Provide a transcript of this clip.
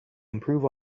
improve